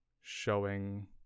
showing